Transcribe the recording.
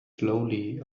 slowly